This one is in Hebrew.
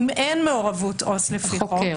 אם אין מעורבות לפי חוק,